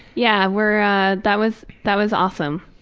yeah, we're that was that was awesome.